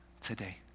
today